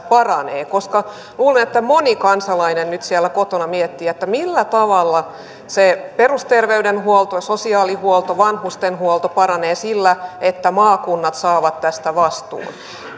paranee koska luulen että moni kansalainen nyt siellä kotona miettii millä tavalla se perusterveydenhuolto sosiaalihuolto vanhustenhuolto paranee sillä että maakunnat saavat tästä vastuun